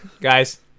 guys